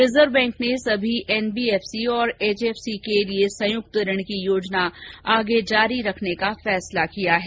reserve bank ने सभी NBFC और एचएफसी के लिए संयुक्त ऋण की योजना आगे जारी रखने का फैसला किया है